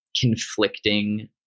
conflicting